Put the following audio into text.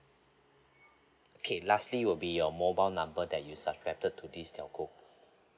K lastly will be your mobile number that you subscribed to this telco